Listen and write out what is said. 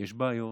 שיש בעיות,